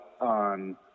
on